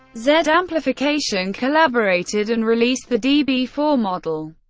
z amplification collaborated and released the d b four model.